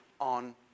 on